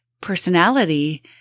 personality